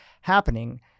happening